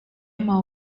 mau